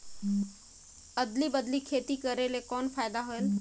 अदली बदली खेती करेले कौन फायदा होयल?